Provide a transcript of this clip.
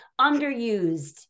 underused